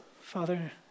Father